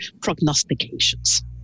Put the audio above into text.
prognostications